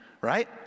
right